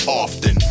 often